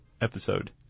episode